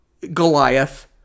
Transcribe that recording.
Goliath